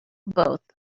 both